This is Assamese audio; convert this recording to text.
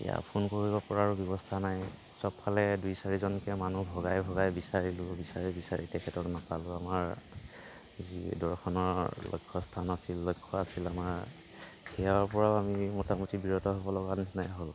এতিয়া ফোন কৰিব পৰাৰো ব্যৱস্থা নাই সবফালে দুই চাৰিজনকৈ মানুহ ভগাই ভগাই বিচাৰিলোঁ বিচাৰি বিচাৰি তেখেতক নাপালোঁ আমাৰ যি দৰ্শনৰ লক্ষ্যস্থান আছিল লক্ষ্য আছিল আমাৰ সেয়াৰ পৰাও আমি মোটামুটি বিৰত হ'ব লগাৰ নিচিনাই হ'ল